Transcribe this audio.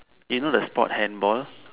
you know the sport handball